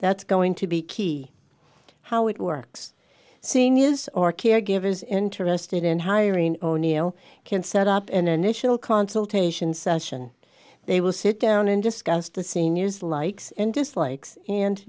that's going to be key how it works seeing is or caregivers interested in hiring o'neal can set up an initial consultation session they will sit down and discuss the seniors likes and dislikes and